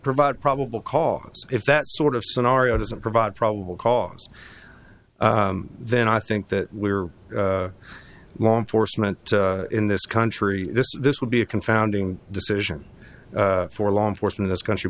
provide probable cause if that sort of scenario doesn't provide probable cause then i think that we're law enforcement in this country this would be a confounding decision for law enforcement this country